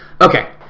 Okay